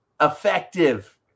effective